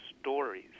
stories